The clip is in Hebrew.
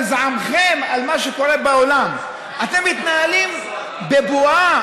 בזעמכם על מה שקורה בעולם אתם מתנהלים בבועה,